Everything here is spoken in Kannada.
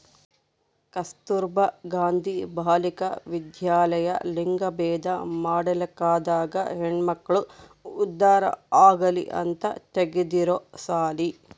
ಕಸ್ತುರ್ಭ ಗಾಂಧಿ ಬಾಲಿಕ ವಿದ್ಯಾಲಯ ಲಿಂಗಭೇದ ಮಾಡ ಕಾಲ್ದಾಗ ಹೆಣ್ಮಕ್ಳು ಉದ್ದಾರ ಆಗಲಿ ಅಂತ ತೆಗ್ದಿರೊ ಸಾಲಿ